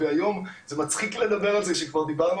והיום זה מצחיק לדבר על זה כשכבר דיברנו